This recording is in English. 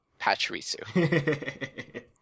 Pachirisu